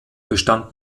bestand